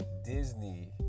Disney